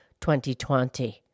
2020